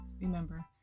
Remember